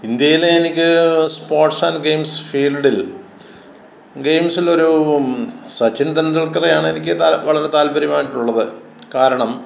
ഇന്ത്യയിലെ എനിക്ക് sports and games ഫീൽഡിൽ ഗെയിംസിലൊരൂ സച്ചിൻ ടണ്ടുൽക്കറെയാണെനിക്ക് വളരെ താൽപ്പര്യമായിട്ടുള്ളത് കാരണം